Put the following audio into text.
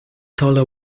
dollar